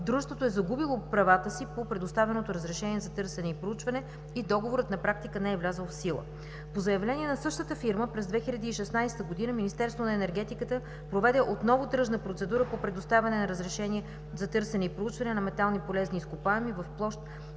дружеството е загубило правата си по предоставеното разрешение за търсене и проучване и договорът на практика не е влязъл в сила. По заявление на същата фирма през 2016 г. Министерството на енергетиката проведе отново тръжна процедура по предоставяне на разрешение за търсене и проучване на метални полезни изкопаеми в площ